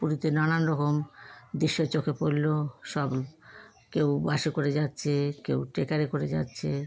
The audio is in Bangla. পুরীতে নানান রকম দৃশ্য চোখে পড়লো সব কেউ বাসে করে যাচ্ছে কেউ ট্রেকারে করে যাচ্ছে